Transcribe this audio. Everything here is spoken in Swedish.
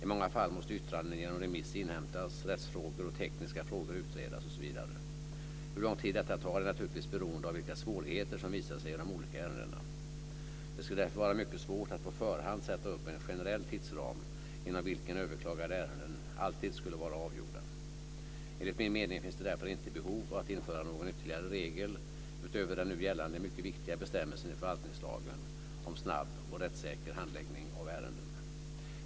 I många fall måste yttranden genom remiss inhämtas, rättsfrågor och tekniska frågor utredas osv. Hur lång tid detta tar är naturligtvis beroende av vilka svårigheter som visar sig i de olika ärendena. Det skulle därför vara mycket svårt att på förhand sätta upp en generell tidsram inom vilken överklagade ärenden alltid skulle vara avgjorda. Enligt min mening finns det därför inte behov av att införa någon ytterligare regel utöver den nu gällande mycket viktiga bestämmelsen i förvaltningslagen om snabb och rättssäker handläggning av ärenden.